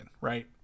right